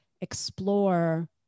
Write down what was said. explore